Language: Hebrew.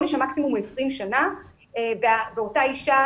עונש המקסימום הוא 20 שנים ואותה אישה,